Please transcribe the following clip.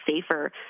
safer